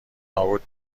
نابود